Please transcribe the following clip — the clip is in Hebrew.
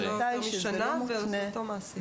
ההחלטה היא שנה אצל אותו מעסיק.